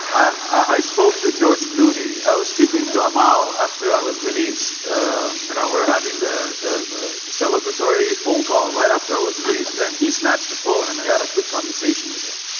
i spoke to george clooney, i was speaking to amal after i was released, we you know were having the the celebratory phone call right after i was released and he snatched the phone and we had a quick conversation with him.